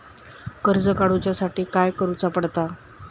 कर्ज काडूच्या साठी काय करुचा पडता?